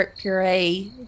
puree